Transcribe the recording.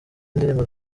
ndirimbo